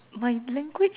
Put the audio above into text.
my language